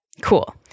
Cool